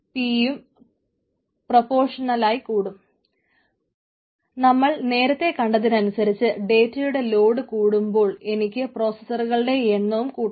n ഉം p യും പ്രൊപോഫഷണലായിട്ട് കൂടുമ്പോൾ എനിക്ക് പ്രോസസറുകളുടെ എണ്ണവും കൂട്ടണം